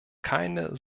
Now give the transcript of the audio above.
keine